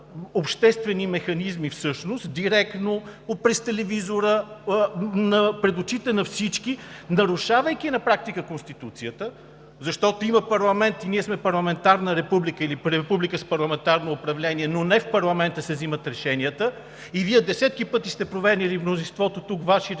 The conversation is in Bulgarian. обществени механизми, през телевизора, пред очите на всички, нарушавайки на практика Конституцията, защото има парламент и ние сме парламентарна република или република с парламентарно управление, но не в парламента се взимат решенията. И Вие мнозинството десетки пъти тук сте променяли Ваши решения